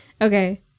Okay